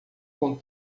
com